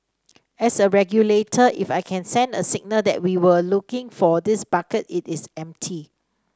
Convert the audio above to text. as a regulator if I can send a signal that we were looking for this bucket it is empty